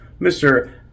Mr